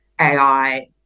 AI